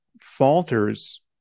falters